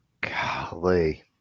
golly